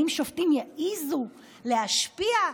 האם שופטים יעזו להשפיע,